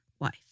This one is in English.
wife